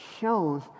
shows